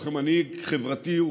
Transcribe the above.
כמנהיג חברתי,